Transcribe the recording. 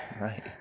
Right